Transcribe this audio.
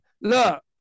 Look